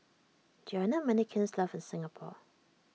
there are not many kilns left in Singapore